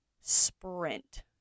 sprint